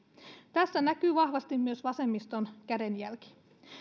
tässä näkyy vahvasti myös vasemmiston kädenjälki